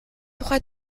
тухай